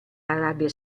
arabia